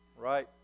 right